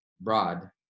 broad